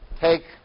take